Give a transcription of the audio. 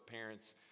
parents